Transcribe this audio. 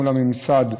מול הממסד,